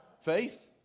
Faith